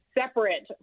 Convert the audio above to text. separate